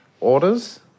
orders